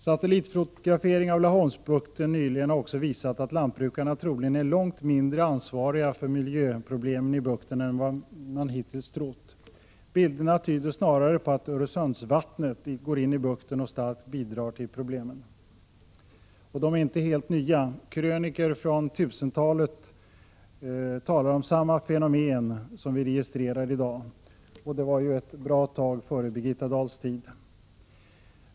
Satellitfotografering av Laholmsbukten nyligen har också visat att lantbrukarna troligen är långt mindre ansvariga för miljöproblemen i bukten än man hittills trott. Bilderna tyder snarare på att Öresundsvattnet går in i bukten och starkt bidrar till problemen. Problemen är inte helt nya. Krönikor från 1000-talet talar om samma fenomen som vi registrerar i dag, och det var ju ett bra tag före Birgitta Dahls tid.